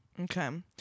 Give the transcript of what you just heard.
Okay